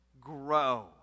grow